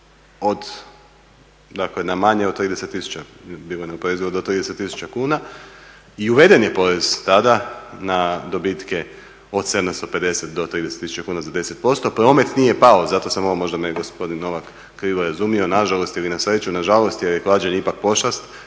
porez dakle na manje od 30 000 je bilo neoporezivo, do 30 000 kuna i uveden je porez tad na dobitke od 750 do 30 000 kuna za 10%. Promet nije pao, zato sam ovo, možda me gospodin Novak krivo razumio, nažalost ili na sreću, nažalost jer je klađenje ipak pošast